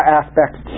aspects